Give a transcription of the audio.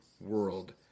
world